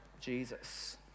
Jesus